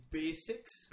basics